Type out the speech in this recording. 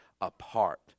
apart